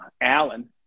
Alan